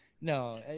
no